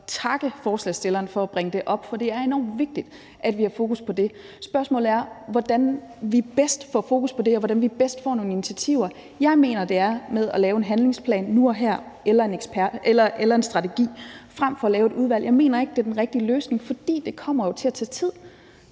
takke forslagsstilleren for at bringe det op, for det er enormt vigtigt, at vi har fokus på det. Spørgsmålet er, hvordan vi bedst får fokus på det her, hvordan vi bedst får igangsat nogle initiativer. Jeg mener, at det er ved at lave en handlingsplan eller en strategi nu og her frem for at nedsætte et udvalg. Jeg mener ikke, at et udvalg er den rigtige løsning, fordi det jo kommer til at tage tid.